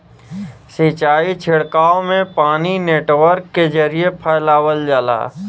सिंचाई छिड़काव में पानी नेटवर्क के जरिये फैलावल जाला